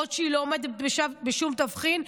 למרות שהיא לא עומדת בשום תבחין,